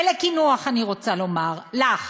ולקינוח אני רוצה לומר לך